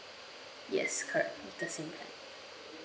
yes correct the same plan